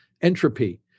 Entropy